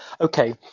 Okay